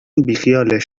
بیخیالش